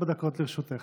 לרשותך.